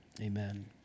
amen